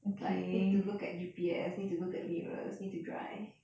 like need to look at G_P_S need to look at mirrors need to drive